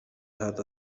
هذا